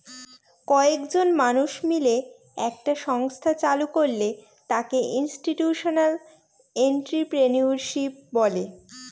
কয়েকজন মানুষ মিলে একটা সংস্থা চালু করলে তাকে ইনস্টিটিউশনাল এন্ট্রিপ্রেনিউরশিপ বলে